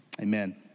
amen